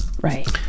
Right